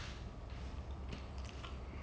oh so did you err like your